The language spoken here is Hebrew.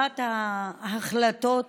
אחת ההחלטות